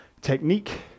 technique